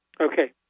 Okay